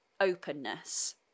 openness